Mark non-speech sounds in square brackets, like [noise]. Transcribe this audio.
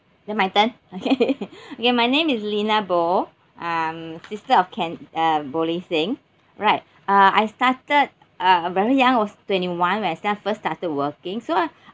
then my turn okay [laughs] okay my name is lina boh um sister of ken uh boli singh right uh I started uh very young was twenty one when I start first started working so